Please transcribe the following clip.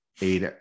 eight